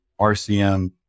RCM